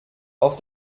auf